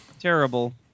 terrible